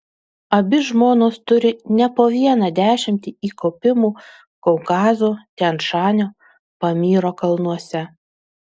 abi žmonos turi ne po vieną dešimtį įkopimų kaukazo tian šanio pamyro kalnuose